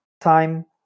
time